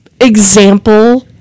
example